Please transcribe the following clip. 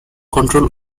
control